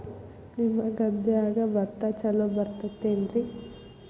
ನಿಮ್ಮ ಗದ್ಯಾಗ ಭತ್ತ ಛಲೋ ಬರ್ತೇತೇನ್ರಿ?